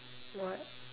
what